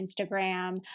Instagram